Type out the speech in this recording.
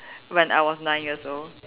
when I was nine years old